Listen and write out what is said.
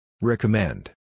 Recommend